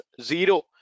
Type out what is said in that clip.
zero